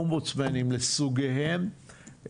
אומבודסמנים לסוגיהם,